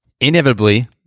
Inevitably